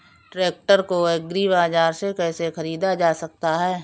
Tractor को Agri Bazaar से कैसे ख़रीदा जा सकता हैं?